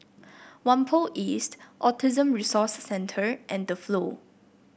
Whampoa East Autism Resource Centre and The Flow